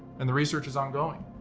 and the research is ongoing.